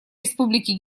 республики